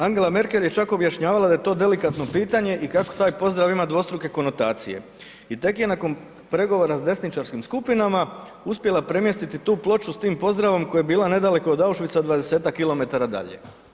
Angela Merkel je čak objašnjavala da je to delikatno pitanje i kako taj pozdrav ima dvostruke konotacije i tek je nakon pregovora s desničarskim skupinama uspjela premjestiti tu ploču s tim pozdravom koja je bila nedaleko od Auschwitza 20-tak kilometara dalje.